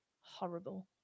horrible